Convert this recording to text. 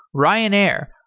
ryanair,